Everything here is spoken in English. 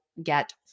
get